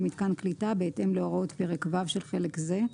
למיתקן קליטה בהתאם להוראות פרק ו' של חלק זה.